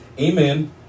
amen